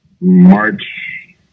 March